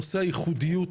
נושא הייחודיות,